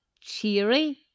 cheery